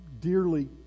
dearly